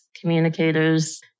communicators